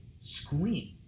Scream